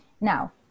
Now